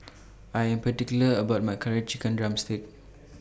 I Am particular about My Curry Chicken Drumstick